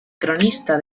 cronista